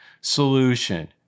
solution